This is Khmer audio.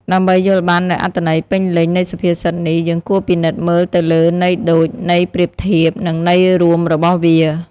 ដើម្បីយល់បាននូវអត្ថន័យពេញលេញនៃសុភាសិតនេះ យើងគួរពិនិត្យមើលទៅលើន័យដូច ន័យប្រៀបធៀប និងន័យរួមរបស់វា។